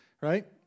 Right